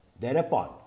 Thereupon